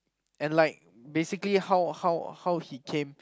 and like basically how how how he came